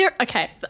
Okay